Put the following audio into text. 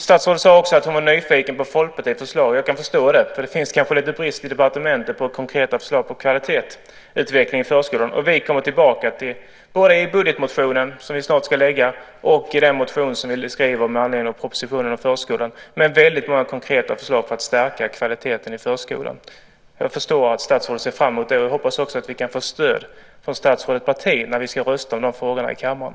Statsrådet sade också att hon var nyfiken på Folkpartiets förslag. Jag kan förstå det. Det finns kanske lite brist i departementet på konkreta förslag för kvalitetsutveckling i förskolan. Vi kommer tillbaka både i budgetmotionen som vi snart ska lägga fram och i den motion som vi skriver med anledning av propositionen om förskolan med väldigt många konkreta förslag för att stärka kvaliteten i förskolan. Jag förstår att statsrådet ser fram emot det. Jag hoppas också att vi kan få stöd från statsrådets parti när vi ska rösta om de frågorna i kammaren.